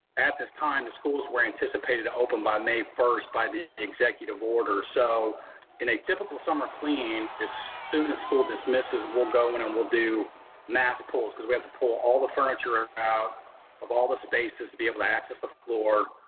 at this time the schools were anticipated to open by may first by the executive order. so in a typical summer clean is students school dismisses. we'll go when and we'll do massive pulls, cause we have to pull all the furniture out of all the spaces to be able to access the floor.